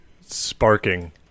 sparking